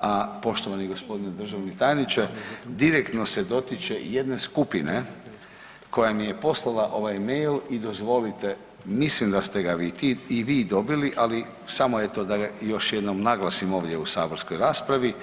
a poštovani g. državni tajniče direktno se dotiče jedne skupine koja mi je poslala ovaj mail i dozvolite mislim da ste ga i vi dobili, ali samo eto da ga još jednom naglasim ovdje u saborskoj raspravi.